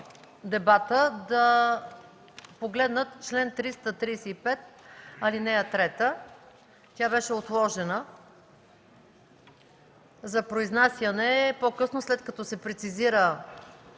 дебата, да погледнат чл. 335, ал. 3. Тя беше отложена за произнасяне по-късно, след като се прецизира